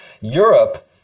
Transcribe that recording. Europe